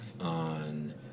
on